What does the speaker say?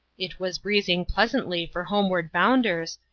it was breezing pleasantly for homeward bounders,